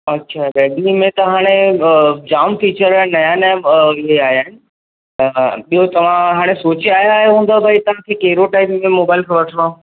अच्छा रेडमी में त हाणे जाम फ़िचर नवां नवां बि आहियां आहिनि त ॿियो तव्हां हाणे सोचे आया हूंदव भई तव्हांखे कहिड़ो टाइप में मोबाइल पोइ वठिणो आहे